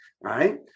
right